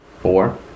Four